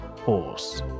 horse